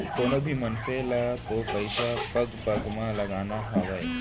कोनों भी मनसे ल तो पइसा पग पग म लगाना हावय